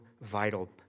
vital